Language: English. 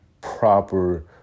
proper